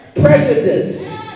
prejudice